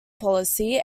policy